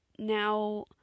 now